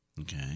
Okay